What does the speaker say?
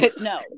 No